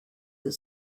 that